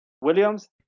Williams